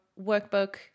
workbook